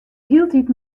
hieltyd